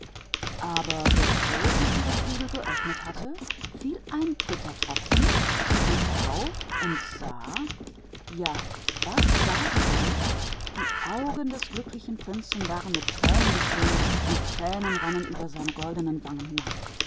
doch bevor er noch seine flügel ausgebreitet hatte fiel ein dritter tropfen er schaute in die höhe und sah ja was sah er die augen des glücklichen prinzen waren voll tränen und tränen liefen ihm über die goldenen wangen